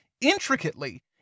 intricately